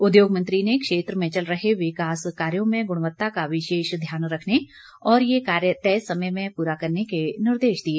उद्योग मंत्री ने क्षेत्र में चल रहे विकास कार्यों में गुणवत्ता का विशेष ध्यान रखने और ये कार्य तय समय में पूरा करने के निर्देश दिए